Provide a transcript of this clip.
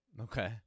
Okay